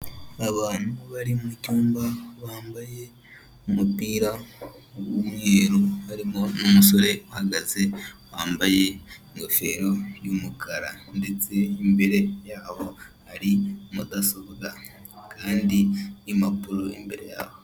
Abantu bari mu cyumba bambaye umupira w'umweru, harimo n'umusore uhagaze wambaye ingofero y'umukara, ndetse imbere yaho hari mudasobwa kandi impapuro imbere yaho.